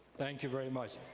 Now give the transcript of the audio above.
thank you very much,